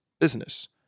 business